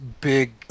big